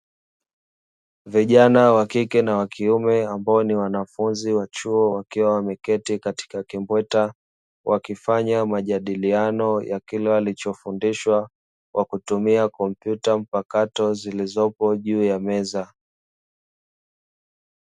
Vijana wa kike na wa kiume ambao ni wanafunzi wa chuo, wakiwa wameketi katika kimbweta, wakifanya majadiliano ya kile walichofundishwa kwa kutumia kompyuta mpakato zilizopo juu ya meza.